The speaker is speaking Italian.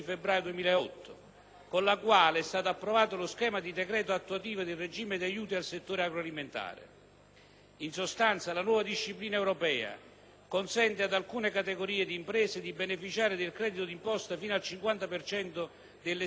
con la quale è stato approvato lo schema di decreto attuativo del regime di aiuti al settore agroalimentare. In sostanza, la nuova disciplina europea, da un lato, consente ad alcune categorie di imprese di beneficiare del credito d'imposta fino al 50 per cento delle spese ammissibili;